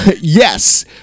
yes